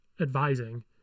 advising